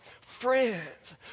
Friends